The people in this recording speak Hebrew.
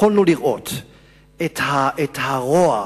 יכולנו לראות את הרוע,